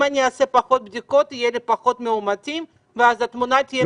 אם אני אעשה פחות בדיקות יהיו לי פחות מאומתים ואז התמונה תהיה מעוותת.